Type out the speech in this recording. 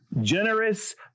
generous